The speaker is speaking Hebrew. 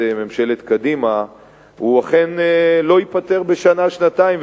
ממשלת קדימה אכן לא ייפתר בשנה-שנתיים,